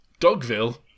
Dogville